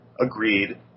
agreed